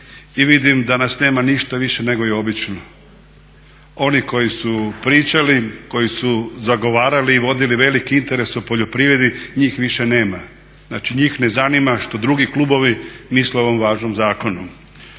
i vidim da nas nema ništa više nego i obično. Oni koji su pričali, koji su zagovarali i vodili veliki interes o poljoprivredi njih više nema, znači njih ne zanima što drugi klubovi misle o ovom važnom zakonu.